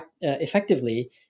effectively